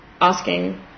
asking